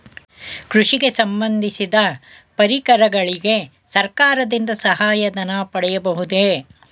ಕೃಷಿಗೆ ಸಂಬಂದಿಸಿದ ಪರಿಕರಗಳಿಗೆ ಸರ್ಕಾರದಿಂದ ಸಹಾಯ ಧನ ಪಡೆಯಬಹುದೇ?